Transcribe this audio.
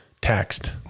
taxed